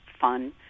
fun